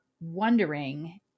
wondering